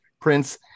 Prince